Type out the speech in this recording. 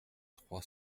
trois